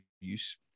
use